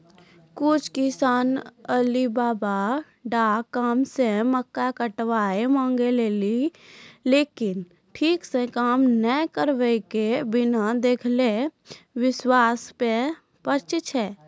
कुछ किसान Alibaba dot com से मक्का कटर मंगेलके लेकिन ठीक से काम नेय करलके, बिना देखले विश्वास पे प्रश्न छै?